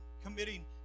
committing